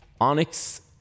Onyx